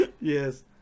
Yes